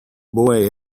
boy